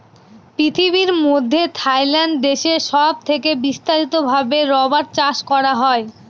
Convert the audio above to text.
পৃথিবীর মধ্যে থাইল্যান্ড দেশে সব থেকে বিস্তারিত ভাবে রাবার চাষ করা হয়